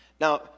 Now